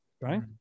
Right